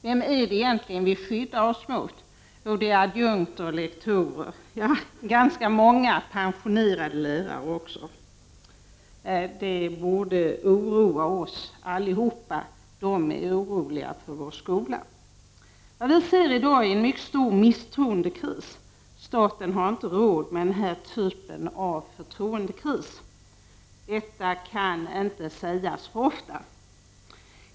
Vem är det egentligen vi skyddar oss mot? Jo, adjunkter och lektorer och också ganska många pensionerade lärare. Det borde oroa oss allihop. De är oroliga för vår skola. Vad vi ser i dag är en mycket stor misstroendekris. Staten har inte råd med denna typ av förtroendekris. Detta kan inte sägas för ofta.